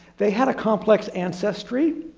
they had a complex ancestry.